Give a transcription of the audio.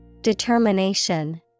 Determination